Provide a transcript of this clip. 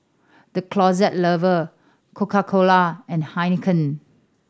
The Closet Lover Coca Cola and Heinekein